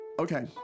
Okay